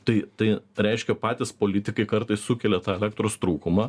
tai tai reiškia patys politikai kartais sukelia tą elektros trūkumą